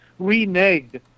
reneged